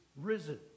risen